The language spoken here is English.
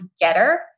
getter